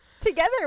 Together